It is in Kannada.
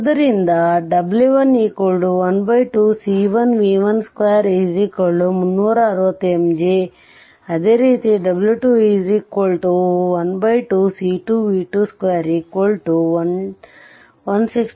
ಆದ್ದರಿಂದ w1 12 c1v1 2 12x20x10 6x6x6360mJ ಅದೇ ರೀತಿ w2 12 c2v2 2 12x10x10 618x181620mJ ಆಗಿರುತ್ತದೆ